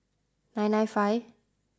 nine nine five